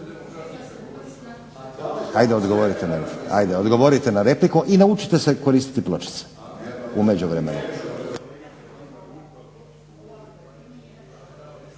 … Odgovorite na repliku i naučite se koristiti pločicu u međuvremenu.